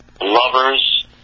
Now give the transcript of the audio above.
lovers